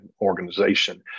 organization